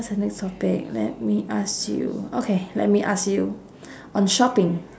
what's the next topic let me ask you okay let me ask you on shopping